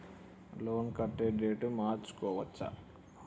Loan కట్టే date మార్చుకోవచ్చా?